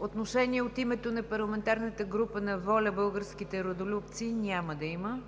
Отношение от името на парламентарната група „ВОЛЯ – Българските родолюбци“? Няма да има.